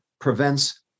prevents